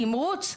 תמרוץ.